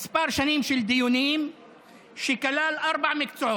זה רעיון מאוד הגיוני.